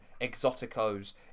exoticos